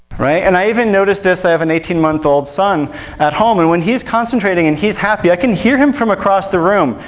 and i even noticed this i have an eighteen month old son at home, and when he's concentrating and he's happy, i can hear him from across the room.